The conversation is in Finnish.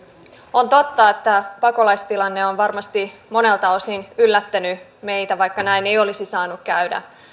on totta että pakolaistilanne on varmasti monelta osin yllättänyt meidät vaikka näin ei olisi saanut käydä